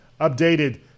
updated